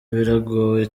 biragoye